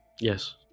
Yes